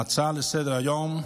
ההצעה לסדר-היום,